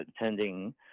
attending